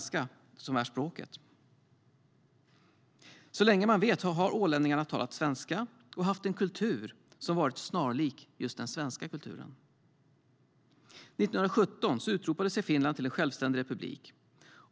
Så länge man vet har ålänningarna talat svenska och haft en kultur som varit snarlik den svenska kulturen. År 1917 utropade sig Finland till en självständig republik.